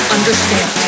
Understand